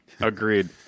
agreed